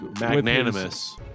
Magnanimous